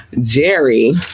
Jerry